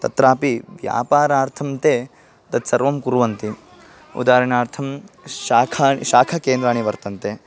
तत्रापि व्यापारार्थं ते तत्सर्वं कुर्वन्ति उदाहरणार्थं शाका शाकाकेन्द्राणि वर्तन्ते